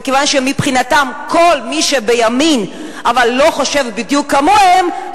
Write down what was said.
מכיוון שמבחינתם כל מי שבימין אבל לא חושב בדיוק כמוהם,